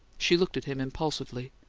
she looked at him impulsively.